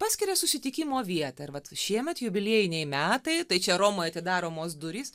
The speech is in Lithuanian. paskiria susitikimo vietą ir vat šiemet jubiliejiniai metai tai čia romoj atidaromos durys